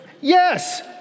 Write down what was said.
yes